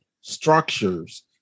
structures